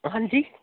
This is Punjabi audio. ਹਾਂਜੀ